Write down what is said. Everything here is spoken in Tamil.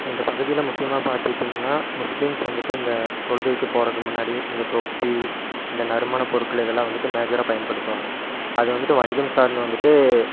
எங்க பகுதியில் முக்கியமா பாத்துக்கிட்டீங்ன்னா முஸ்லீம்ஸ் வந்துட்டு இந்த தொழுகைக்கு போகிறக்கு முன்னாடி இந்த தொப்பி இந்த நறுமண பொருட்கள் இதெலாம் வந்துட்டு மேஜேராக பயன்படுத்துவாங்க அது வந்துட்டு வணிகம் சார்ந்து வந்துட்டு